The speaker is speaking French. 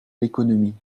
l’économie